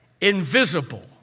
invisible